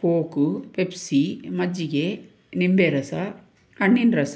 Coke Pepsi ಮಜ್ಜಿಗೆ ನಿಂಬೆ ರಸ ಹಣ್ಣಿನ ರಸ